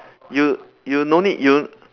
you you no need you